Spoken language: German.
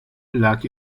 lag